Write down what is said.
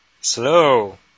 Slow